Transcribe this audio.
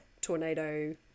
tornado